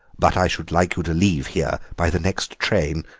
but i should like you to leave here by the next train.